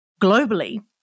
Globally